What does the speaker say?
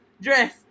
dress